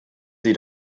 sie